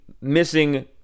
missing